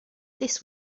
this